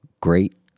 Great